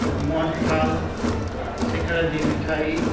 मोहन थाल सिङर जी मिठाई